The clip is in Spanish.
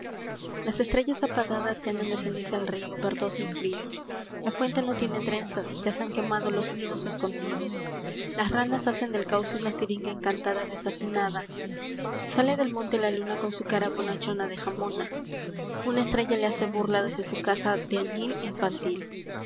estrellas apagadas l llenan de ceniza el río verdoso y frío la fuente no tiene trenzas ya se han quemado los nidos escondidos las ranas hacen del cauce una siringa encantada desafinada sale del monte la luna con su cara bonachona de jamona una estrella le hace burla desde su casa de añil infantil